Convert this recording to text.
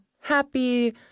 happy